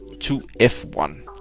to f one.